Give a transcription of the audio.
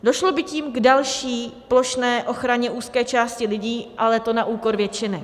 Došlo by tím k další plošné ochraně úzké části lidí, ale to na úkor většiny.